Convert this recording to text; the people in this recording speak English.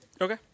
Okay